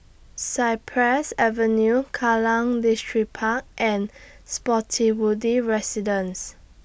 Cypress Avenue Kallang Distripark and Spottiswoode Residences